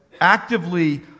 actively